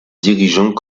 dirigeant